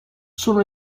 sono